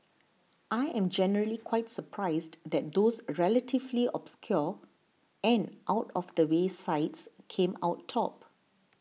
I am generally quite surprised that those relatively obscure and out of the way sites came out top